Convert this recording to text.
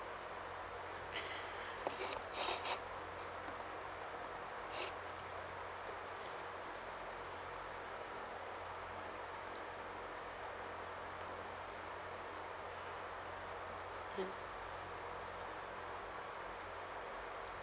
mm